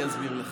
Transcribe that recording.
אני אסביר לך.